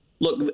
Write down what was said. Look